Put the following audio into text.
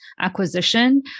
acquisition